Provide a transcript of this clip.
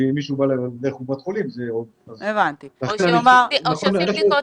כי אם מישהו בא לקופת חולים --- או שעושים בדיקות